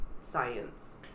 science